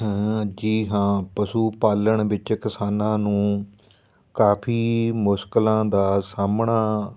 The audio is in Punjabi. ਜੀ ਹਾਂ ਪਸ਼ੂ ਪਾਲਣ ਵਿੱਚ ਕਿਸਾਨਾਂ ਨੂੰ ਕਾਫ਼ੀ ਮੁਸ਼ਕਿਲਾਂ ਦਾ ਸਾਹਮਣਾ